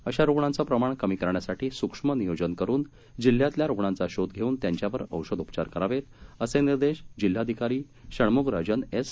अशा रुग्णांचं प्रमाण कमी करण्यासाठी सुक्ष्म नियोजन करून जिल्ह्यातल्या रुग्णांचा शोध घेऊन त्यांच्यावर औषधोपचार करावेत असे निर्देश जिल्हाधिकारी षण्म्गराजन एस